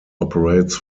operates